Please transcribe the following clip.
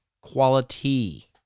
quality